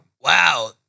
Wow